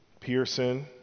Pearson